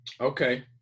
Okay